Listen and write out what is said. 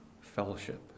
fellowship